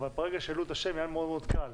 אבל ברגע שהעלו את השם היה מאוד מאוד קל